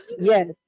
Yes